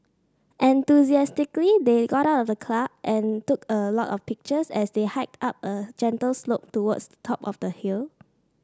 enthusiastically they got out of the and took a lot of pictures as they hiked up a gentle slope towards the top of the hill